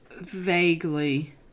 Vaguely